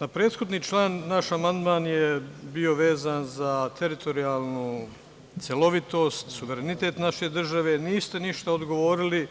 Na prethodni član naš amandman je bio vezan za teritorijalnu celovitost, suverenitet naše države, niste ništa odgovorili,